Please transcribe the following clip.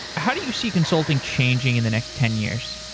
how do you see consulting changing in the next ten years?